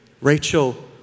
Rachel